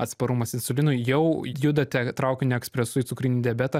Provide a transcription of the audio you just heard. atsparumas insulinui jau judate traukiniu ekspresu į cukrinį diabetą